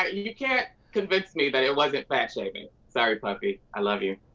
you can't convince me that it wasn't fat shaming. sorry, puffy, i love you.